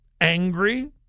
angry